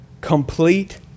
complete